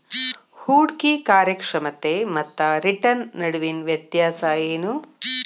ಹೂಡ್ಕಿ ಕಾರ್ಯಕ್ಷಮತೆ ಮತ್ತ ರಿಟರ್ನ್ ನಡುವಿನ್ ವ್ಯತ್ಯಾಸ ಏನು?